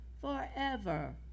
Forever